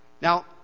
Now